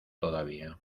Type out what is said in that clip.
todavía